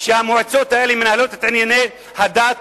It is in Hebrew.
שהמועצות האלה מנהלות את ענייני הדת